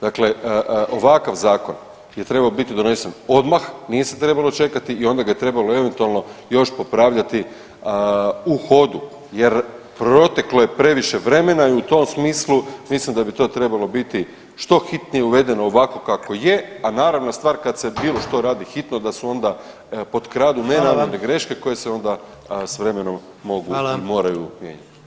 Dakle, ovakav zakon je trebao biti donesen odmah, nije se trebalo čekati i onda ga je trebalo eventualno još popravljati u hodu jer proteklo je previše vremena i u tom smislu mislim da bi to trebalo biti što hitnije uvedeno ovako kako je, a naravna stvar kad se bilo što radi hitno da se onda potkradu nenamjerne greške koje se onda s vremenom mogu i moraju mijenjati.